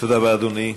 תודה רבה, אדוני.